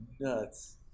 nuts